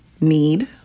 need